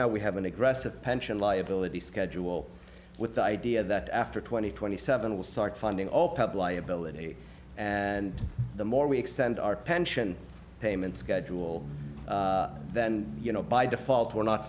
now we have an aggressive pension liability schedule with the idea that after twenty twenty seven we'll start funding all pub liability and the more we extend our pension payment schedule then you know by default we're not